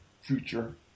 future